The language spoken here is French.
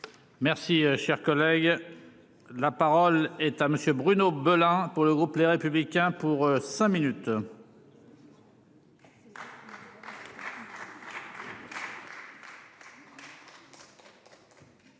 Merci cher collègue. La parole est à monsieur Bruno Belin pour le groupe Les Républicains pour cinq minutes.